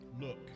look